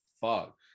fuck